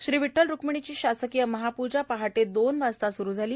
श्री विठ्ठल रुक्मिणीची शासकीय महापूजा पहाटे दोन वाजता सुरू झाली